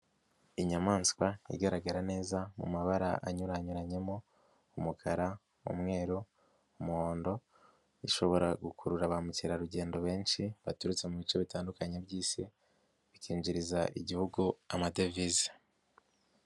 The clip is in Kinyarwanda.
Inyamaswa igaragara neza mu mabara anyuranyuranyemo umukara, umweru, umuhondo, ishobora gukurura ba mukerarugendo benshi baturutse mu bice bitandukanye by'Isi, bikinjiriza Igihugu amadevize.